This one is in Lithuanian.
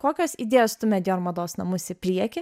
kokios idėjos stumia dior mados namus į priekį